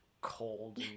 cold